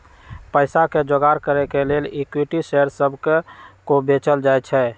पईसा के जोगार करे के लेल इक्विटी शेयर सभके को बेचल जाइ छइ